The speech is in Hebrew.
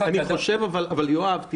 אבל יואב,